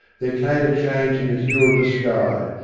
there came a change in the hue of the sky,